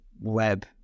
web